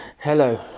Hello